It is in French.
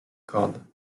corde